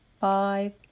five